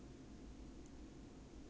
I try all those dark ones right